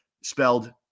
spelled